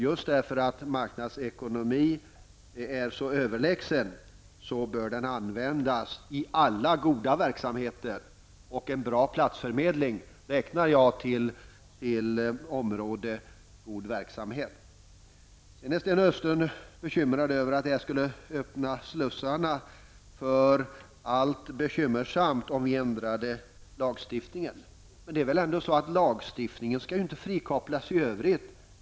Just för att marknadsekonomin är vida överlägsen andra former bör den utnyttjas i alla goda verksamheter. En bra platsförmedling menar jag hör hemma inom området god verksamhet. Sten Östlund är rädd för att jag skulle öppna slussarna för allt som är bekymmersamt i och med en ändring av lagstiftningen. Men lagstiftningen skall väl ändå inte frikopplas i övrigt.